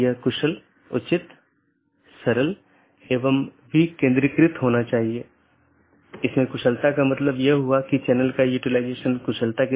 इसलिए मैं AS के भीतर अलग अलग तरह की चीजें रख सकता हूं जिसे हम AS का एक कॉन्फ़िगरेशन कहते हैं